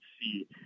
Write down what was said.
see